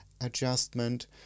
adjustment